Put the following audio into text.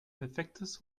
perfektes